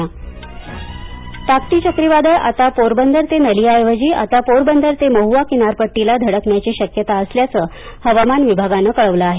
टाक्टी चक्रीवादळ टाक्टी चक्रीवादळ आता पोरबंदर ते नलिया ऐवजी आता पोरबंदर ते महुआ किनारपट्टीला धडकण्याची शक्यता असल्याचं हवामान विभागानं कळवलं आहे